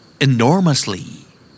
Enormously